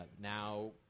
now